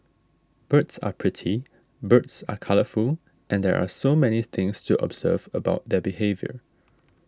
birds are pretty birds are colourful and there are so many things to observe about their behaviour